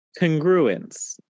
congruence